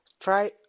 try